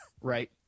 right